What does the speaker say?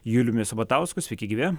juliumi sabatausku sveiki gyvi